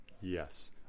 yes